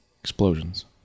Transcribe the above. Explosions